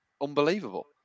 unbelievable